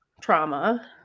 trauma